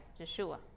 Yeshua